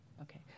Okay